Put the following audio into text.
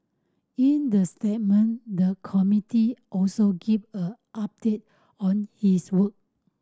in the statement the committee also gave a update on its work